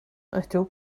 ydw